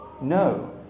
No